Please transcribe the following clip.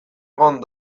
egon